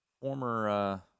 former